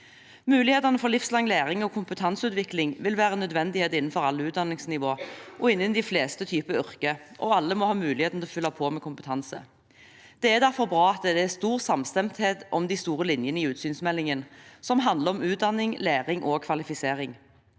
Mulighetene for livslang læring og kompetanseutvikling vil være en nødvendighet innenfor alle utdanningsnivåer og innen de fleste typer yrker, og alle må ha muligheten til å fylle på med kompetanse. Det er derfor bra at det er stor samstemthet om de store linjene i utsynsmeldingen, som handler om utdanning, læring og kvalifisering.